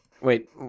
Wait